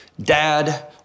Dad